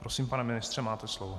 Prosím, pane ministře, máte slovo.